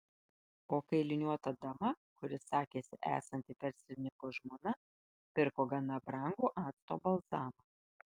o kailiniuota dama kuri sakėsi esanti verslininko žmona pirko gana brangų acto balzamą